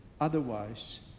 Otherwise